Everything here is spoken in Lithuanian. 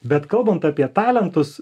bet kalbant apie talentus